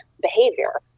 behavior